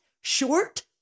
Short